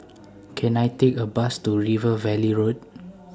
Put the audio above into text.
Can I Take A Bus to River Valley Road